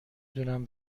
دونم